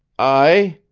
aye,